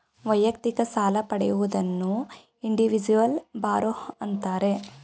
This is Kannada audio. ವೈಯಕ್ತಿಕ ಸಾಲ ಪಡೆಯುವುದನ್ನು ಇಂಡಿವಿಜುವಲ್ ಬಾರೋ ಅಂತಾರೆ